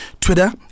Twitter